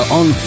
on